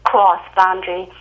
cross-boundary